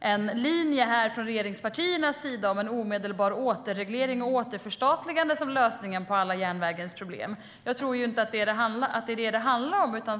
en linje från regeringspartiernas sida med en omedelbar återreglering och återförstatligande som lösningen på alla järnvägens problem. Jag tror inte att det är det som det handlar om.